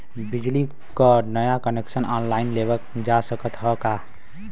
बिजली क नया कनेक्शन ऑनलाइन लेवल जा सकत ह का?